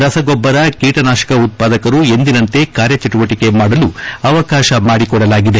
ರಸಗೊಬ್ಬರ ಕೀಟನಾಟಕ ಉತ್ಪಾದಕರು ಎಂದಿನಂತೆ ಕಾರ್ಯಚಟುವಟಿಕೆ ಮಾಡಲು ಅವಕಾಶ ಮಾಡಿಕೊಡಲಾಗಿದೆ